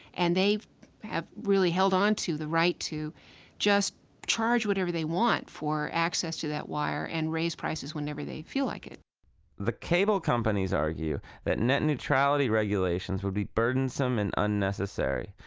and they have really held onto the right to just charge whatever they want for access to that wire, and raise prices whenever they feel like it the cable companies argue that net neutrality regulations would be burdensome and unnecessary.